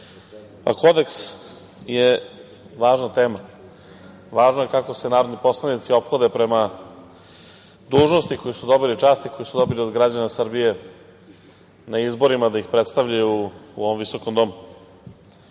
kodeks je važna tema. Važno je kako se narodni poslanici ophode prema dužnosti koju su dobili, časti koju su dobili od građana Srbije na izborima, da ih predstavljaju u ovom visokom